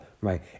right